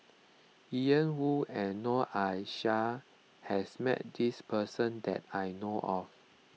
Ian Woo and Noor Aishah has met this person that I know of